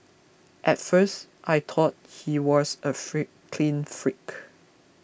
at first I thought he was a clean freak